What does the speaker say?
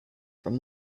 from